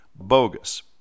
bogus